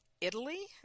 Italy